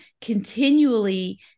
continually